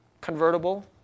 convertible